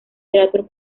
teatro